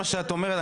לפי מה שאת אומרת,